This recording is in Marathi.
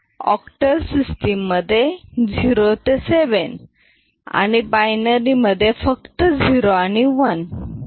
ऑक्टल सिस्टम मधे 0 ते 7 आणि बायनरी मधे फक्त 0 आणि 1